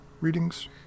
readings